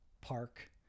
park